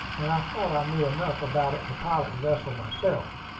and i thought i knew enough about it to pilot the vessel myself.